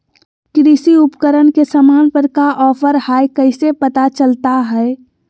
कृषि उपकरण के सामान पर का ऑफर हाय कैसे पता चलता हय?